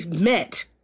met